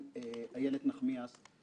חברי חבר הכנסת איתן כבל,